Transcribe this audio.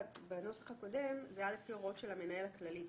בנוסח הקודם זה היה לפי ההוראות של המנהל הכללי.